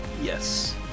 Yes